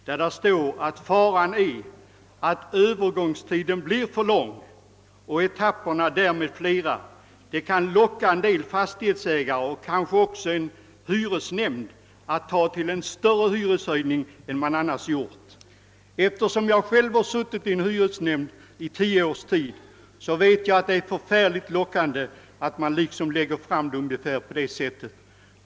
Det heter där att faran är att övergångstiden blir för lång och etapperna därmed flera. Detta kan locka en del fastighetsägare och kanske också en hyresnämnd att ta till en större hyreshöjning än de annars skulle ha gjort. Eftersom jag själv under tio år suttit i en hyresnämnd, vet jag att det är mycket lockande att framlägga saken på detta sätt.